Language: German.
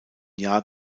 jahr